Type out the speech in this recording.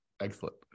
Excellent